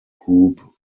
group